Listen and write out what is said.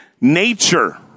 nature